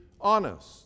honest